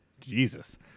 Jesus